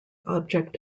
object